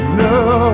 no